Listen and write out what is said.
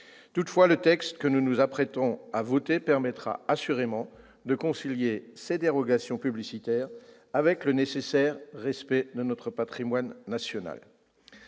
Toutefois, le texte que nous nous apprêtons à voter permettra assurément de concilier ces dérogations publicitaires avec le nécessaire respect de notre patrimoine national.